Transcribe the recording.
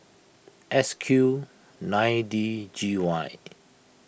S Q nine D G Y